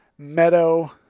meadow